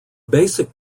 basic